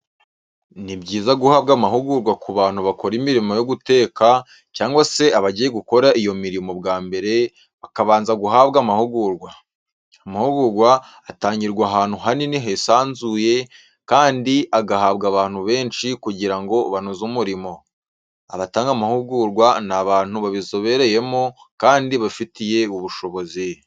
Ni byiza guhabwa amahugurwa ku bantu bakora imirimo yo guteka, cyangwa se abagiye gukora iyo mirimo bwa mbere bakabanza guhabwa amahugurwa. Amahugurwa atangirwa ahantu hanini hisanzuye kandi agahabwa abantu benshi kugira ngo banoze umurimo. Abatanga amahugurwa ni abantu babizobereyemo kandi babifitiye ubushobozi.